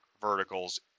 verticals